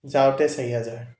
যাওঁতে চাৰি হেজাৰ